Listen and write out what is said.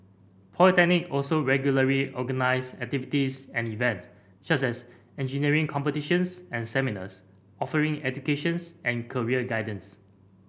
polytechnic also regularly organise activities and events such as engineering competitions and seminars offering educations and career guidance